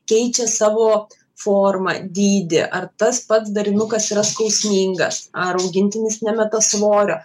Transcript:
keičia savo formą dydį ar tas pats darinukas yra skausmingas ar augintinis nemeta svorio